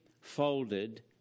folded